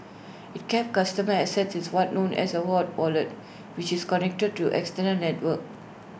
IT kept customer assets in what's known as A war wallet which is connected to external networks